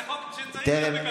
זה חוק שצריך להיות בכלכלה.